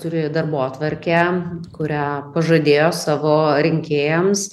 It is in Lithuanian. turi darbotvarkę kurią pažadėjo savo rinkėjams